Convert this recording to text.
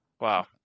wow